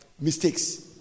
Mistakes